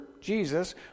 Jesus